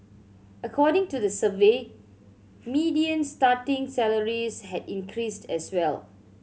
according to the survey median starting salaries had increased as well